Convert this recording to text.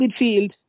midfield